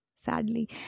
Sadly